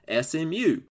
SMU